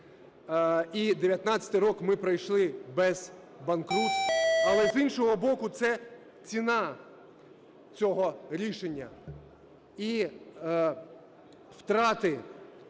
і 2019 рік ми пройшли без банкрутств; але, з іншого боку, це ціна цього рішення і втрати